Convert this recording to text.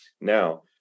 Now